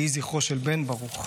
יהיה זכרו של בן ברוך.